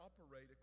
operate